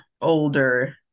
older